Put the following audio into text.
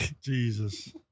Jesus